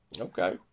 okay